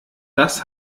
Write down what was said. das